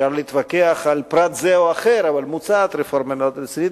אפשר להתווכח על פרט זה או אחר אבל מוצעת רפורמה מאוד רצינית,